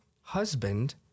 husband